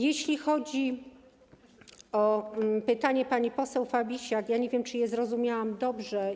Jeśli chodzi o pytanie pani poseł Fabisiak, to nie wiem, czy je zrozumiałam dobrze.